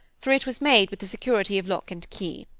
for it was made with the security of lock and key.